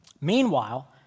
Meanwhile